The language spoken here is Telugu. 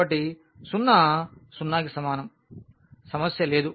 కాబట్టి 0 0 కి సమానం సమస్య లేదు